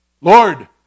Lord